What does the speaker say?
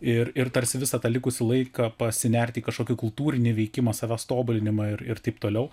ir ir tarsi visą tą likusį laiką pasinerti į kažkokį kultūrinį veikimą savęs tobulinimą ir ir taip toliau